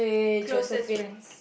closest friends